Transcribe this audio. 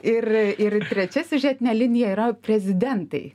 ir ir trečia siužetinė linija yra prezidentai